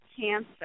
cancer